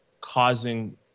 causing